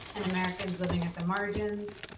and americans living at the margins,